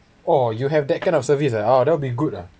oh you have that kind of service uh ah that'll be good ah